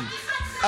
חתיכת חצוף אחד.